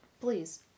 Please